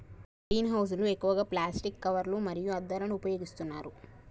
green house లు ఎక్కువగా plastic కవర్లు మరియు అద్దాలను ఉపయోగిస్తున్నారు